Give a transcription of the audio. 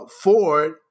Ford